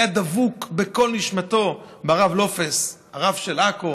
היה דבוק בכל נשמתו ברב לופס, הרב של עכו.